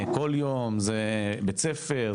זה בית ספר?